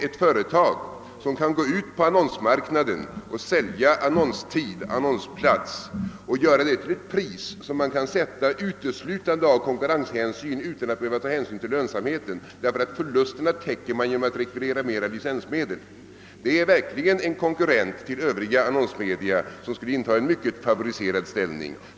Ett företag som kan gå ut på annonsmarknaden och sälja annonstid, annonsplats, och göra det till ett pris som det kan sätta uteslutande av konkurrenshänsyn utan att behöva ta hänsyn till lönsamheten, därför att det får täcka förlusterna genom att rekvirera mera licensmedel, är verkligen en konkurrent till övriga annonsmedia och skulle inta en mycket favoriserad ställning.